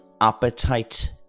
appetite